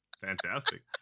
Fantastic